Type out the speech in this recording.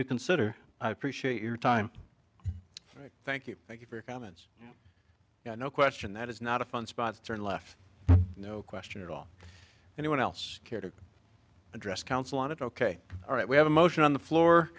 to consider i appreciate your time thank you thank you for your comments no question that is not a fun spot to turn left no question at all anyone else care to address council on it ok all right we have a motion on the floor